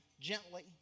gently